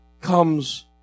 comes